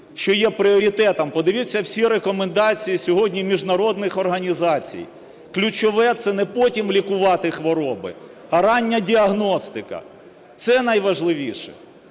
що є пріоритетом. Подивіться всі рекомендації сьогодні міжнародних організацій: ключове – це не потім лікувати хвороби, а рання діагностика. Це найважливіше.